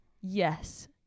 yes